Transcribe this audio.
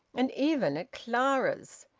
and even at clara's.